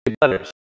letters